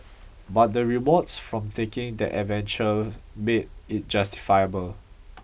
but the rewards from taking that adventure made it justifiable